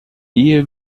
ehe